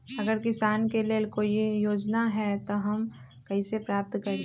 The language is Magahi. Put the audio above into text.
अगर किसान के लेल कोई योजना है त हम कईसे प्राप्त करी?